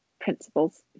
principles